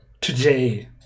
today